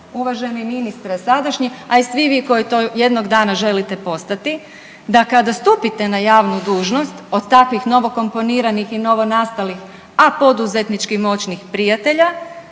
uvaženi ministre sadašnji, a i svi vi koji to jednog dana želite postati, da kada stupite na javnu dužnost od takvih novokomponiranih i novonastalih, a poduzetnički moćnih prijatelja,